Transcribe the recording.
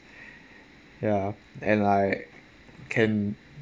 ya and like can